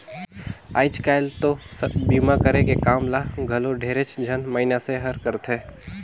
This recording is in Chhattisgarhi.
आयज कायल तो बीमा करे के काम ल घलो ढेरेच झन मइनसे मन हर करथे